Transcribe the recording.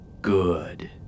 Good